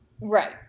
Right